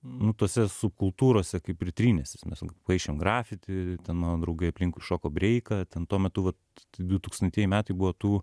nu tose subkultūrose kaip ir trynęsis mes paišėm grafiti ten mano draugai aplinkui šoko breiką ten tuo metu vat du tūktantieji metai buvo tų